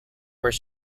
where